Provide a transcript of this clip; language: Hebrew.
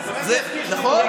נכון?